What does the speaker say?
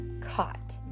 caught